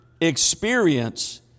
experience